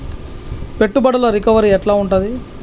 పెట్టుబడుల రికవరీ ఎట్ల ఉంటది?